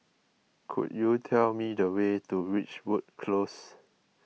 could you tell me the way to Ridgewood Close